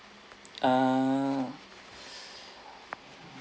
uh